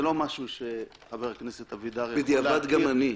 זה לא משהו שחבר הכנסת אבידר יכול להכיר --- בדיעבד גם אני.